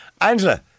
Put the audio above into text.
Angela